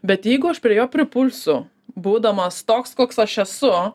bet jeigu aš prie jo pripulsiu būdamas toks koks aš esu